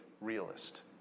realist